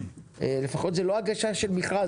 לפחות זה לא הגשה של מכרז,